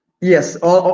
Yes